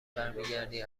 برمیگردی